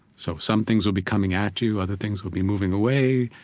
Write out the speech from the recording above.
so some things will be coming at you, other things will be moving away,